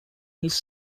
his